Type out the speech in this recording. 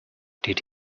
did